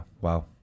Wow